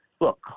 Look